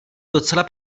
docela